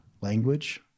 language